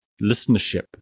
listenership